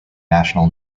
national